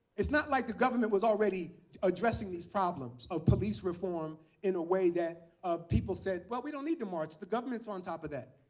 it's not like the government was already addressing these problems of police reform in a way that people said, well, we don't need to march. the government on top of that.